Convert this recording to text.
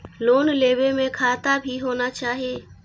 Loan लेबे में खाता भी होना चाहि?